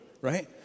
right